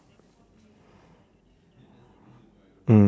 mm